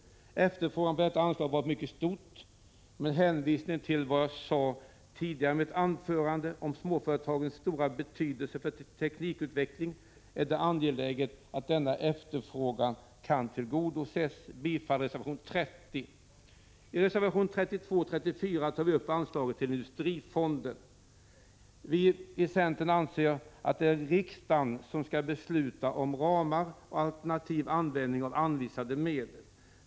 Efterfrågan på detta anslag har varit mycket stor. Med hänvisning till vad jag tidigare sagt i mitt anförande om småföretagens stora betydelse för teknikutvecklingen, är det angeläget att denna efterfrågan kan tillgodoses. Jag yrkar bifall till reservation 30. I reservationerna 32 och 34 tar vi upp anslaget till Industrifonden. Vi anser i centern att det är riksdagen som skall besluta om ramar och alternativ användning av anvisade medel.